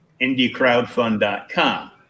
IndieCrowdfund.com